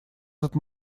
этот